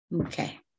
Okay